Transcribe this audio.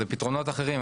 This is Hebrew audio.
זה פתרונות אחרים,